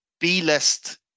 B-list